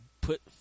put